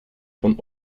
von